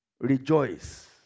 Rejoice